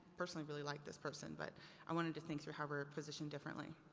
personally, really like this person but i wanted to think through how we're positioned differently.